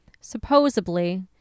supposedly